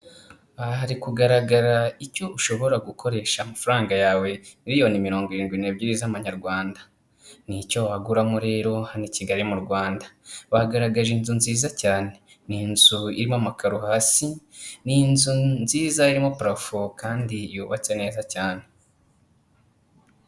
Aha hari kugaragara icyo ushobora gukoresha amafaranga yawe miliyoni mirongo irindwi n'ebyiri z'amanyarwanda ni icyo waguramo rero hano i Kigali mu Rwanda, bagaragaje inzu nziza cyane, ni inzu irimo amakaro hasi, ni inzu nziza irimo parafo kandi yubatse neza cyane.